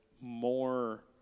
more